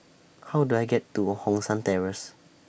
How Do I get to Hong San Terrace